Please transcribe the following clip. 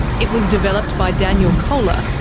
it was developed by daniel koehler,